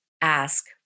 ask